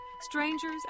strangers